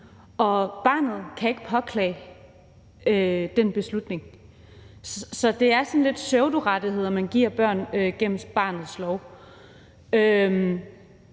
og barnet kan ikke påklage den beslutning. Så det er sådan lidt pseudorettigheder, man giver børn gennem barnets lov.